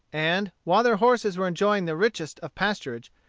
and, while their horses were enjoying the richest of pasturage,